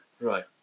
Right